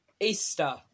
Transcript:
Easter